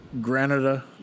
Granada